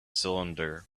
cylinder